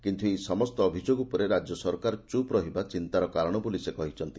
କିନ୍ତୁ ଏହି ସମସ୍ତ ଅଭିଯୋଗ ଉପରେ ରାଜ୍ୟ ସରକାର ଚୁପ୍ ରହିବା ଚିନ୍ତାର କାରଣ ବୋଲି ସେ କହିଛନ୍ତି